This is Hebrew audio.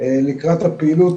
לקראת הפעילות